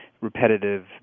repetitive